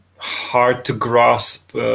hard-to-grasp